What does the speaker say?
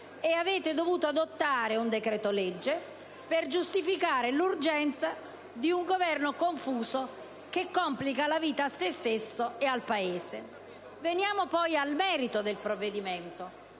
da dover adottare un decreto-legge per giustificare l'urgenza di un Governo confuso, che complica la vita a se stesso e al Paese. Veniamo poi al merito del provvedimento,